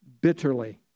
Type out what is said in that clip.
bitterly